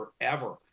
forever